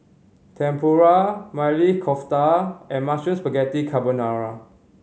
Tempura Maili Kofta and Mushroom Spaghetti Carbonara